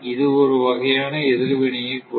இது ஒரு வகையான எதிர்வினையை கொடுக்கும்